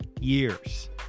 years